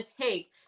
take